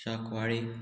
Sancoale